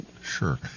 Sure